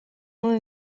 nuen